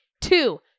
two